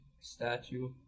statue